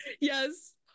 Yes